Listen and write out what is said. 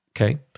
okay